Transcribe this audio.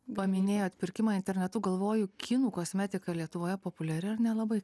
paminėjot pirkimą internetu galvoju kinų kosmetika lietuvoje populiari ar nelabai